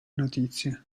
notizie